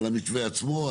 על המתווה, כן.